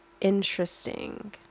interesting